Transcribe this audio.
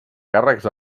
càrrecs